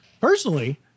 personally